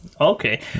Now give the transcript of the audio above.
Okay